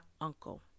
uncle